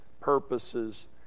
purposes